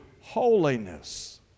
holiness